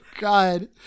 God